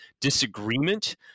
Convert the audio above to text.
disagreement